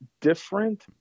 different